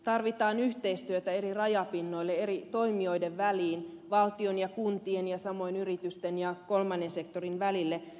tarvitaan yhteistyötä eri rajapinnoille eri toimijoiden väliin valtion ja kuntien ja samoin yritysten ja kolmannen sektorin välille